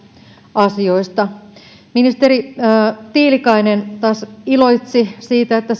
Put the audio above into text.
asioista ministeri tiilikainen taas iloitsi siitä että